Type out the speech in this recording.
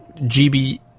GB